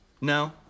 no